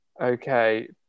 Okay